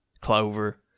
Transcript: clover